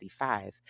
1965